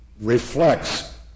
reflects